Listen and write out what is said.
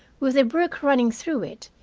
with a brook running through it,